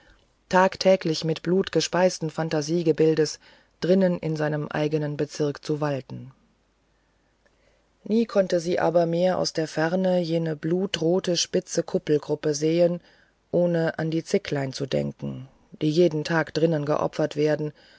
tagtäglich mit blut gespeisten phantasiegebildes drinnen in seinem eigenen bezirk zu walten nie konnte sie aber mehr aus der ferne jene blutrote spitze kuppelgruppe sehen ohne an die kleinen zicklein zu denken die jeden tag drinnen geopfert wurden